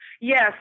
Yes